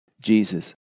Jesus